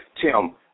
Tim